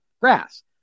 grass